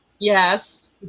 Yes